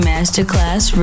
Masterclass